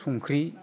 संख्रि